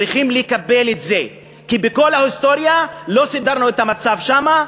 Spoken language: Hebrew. צריכים לקבל את זה כי בכל ההיסטוריה לא סידרנו את המצב שם,